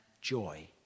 joy